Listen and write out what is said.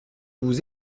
vous